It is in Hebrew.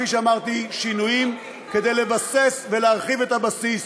כפי שאמרתי שינויים כדי לבסס ולהרחיב את הבסיס